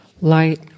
light